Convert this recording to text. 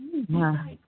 हा